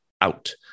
out